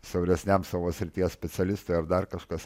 siauresniam savo srities specialistui ar dar kažkas